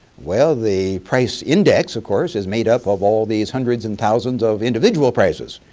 well the price index, of course, is made up of all these hundreds and thousands of individual prices.